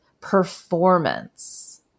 performance